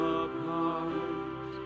apart